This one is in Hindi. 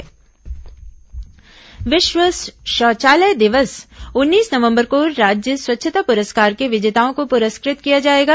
स्वच्छता पुरस्कार विश्व शौचालय दिवस उन्नीस नवंबर को राज्य स्वच्छता पुरस्कार के विजेताओं को पुरस्कृत किया जाएगा